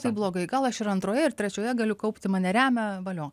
taip blogai gal aš ir antroje ir trečioje galiu kaupti mane remia valio